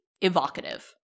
evocative